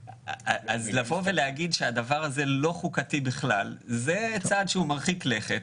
לבוא ולהגיד שהדבר הזה לא חוקתי בכלל זה צעד מרחיק לכת.